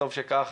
וטוב שכך,